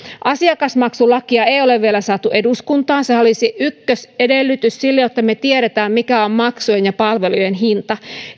asiakasmaksulakia ei ole vielä saatu eduskuntaan sehän olisi ykkösedellytys sille jotta me tiedämme mikä on maksujen ja palvelujen hinta